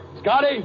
Scotty